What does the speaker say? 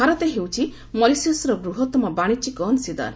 ଭାରତ ହେଉଛି ମରିସସର ବୃହତ୍ତମ ବାଶିଜ୍ୟିକ ଅଂଶୀଦାର